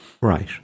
Right